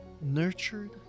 nurtured